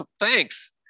Thanks